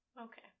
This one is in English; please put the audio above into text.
okay